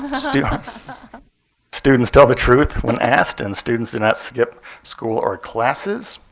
students students tell the truth when asked, and students do not skip school or classes.